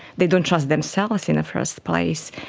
they don't trust themselves in the first place,